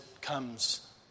comes